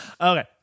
Okay